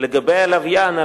לגבי הלוויין,